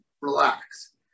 relax